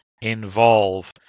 involve